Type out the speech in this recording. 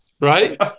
right